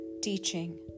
teaching